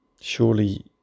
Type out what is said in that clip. Surely